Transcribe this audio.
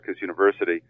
University